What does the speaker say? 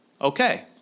Okay